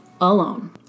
Alone